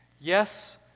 Yes